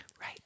Right